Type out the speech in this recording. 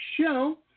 show